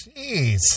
Jeez